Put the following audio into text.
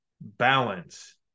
balance